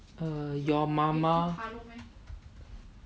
err your mama